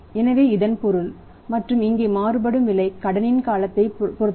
எனவே இதன் பொருள் மற்றும் இங்கே மாறுபடும் விலை கடனின் காலத்தை பொருத்தது